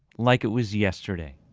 like it was yesterday.